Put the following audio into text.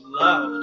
love